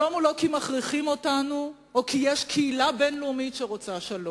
שלום הוא לא כי מכריחים אותנו או כי יש קהילה בין-לאומית שרוצה שלום.